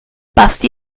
basti